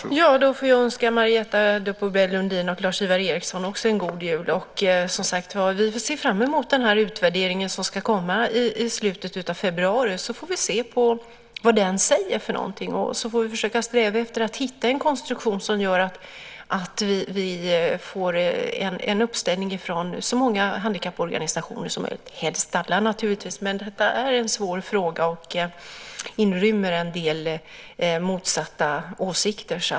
Herr talman! Då får jag önska Marietta de Pourbaix-Lundin och Lars-Ivar Ericson en god jul. Vi får se fram mot den utvärdering som ska komma i slutet av februari, och så får vi se vad som sägs i den. Sedan får vi försöka sträva efter att hitta en konstruktion som gör att vi får en uppslutning från så många handikapporganisationer som möjligt, helst alla naturligtvis, men det är en svår fråga som inrymmer en del motsatta åsikter.